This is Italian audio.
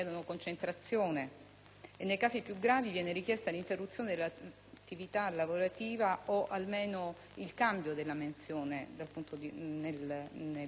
e nei casi più gravi, viene richiesta l'interruzione dell'attività lavorativa o, almeno, il cambio di mansione nell'ambito del lavoro